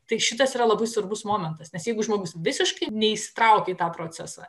tai šitas yra labai svarbus momentas nes jeigu žmogus visiškai neįsitraukia į tą procesą